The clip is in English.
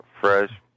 fresh